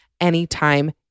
anytime